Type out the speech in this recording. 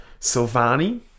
Silvani